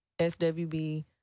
SWB